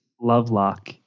Lovelock